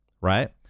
right